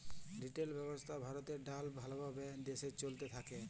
retail ব্যবসা ভারতে ভাল ভাবে দেশে চলতে থাক্যে